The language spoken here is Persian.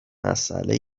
مسئله